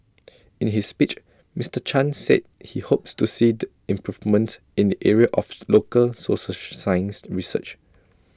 in his speech Mister chan said he hopes to see the improvements in the area of local social science research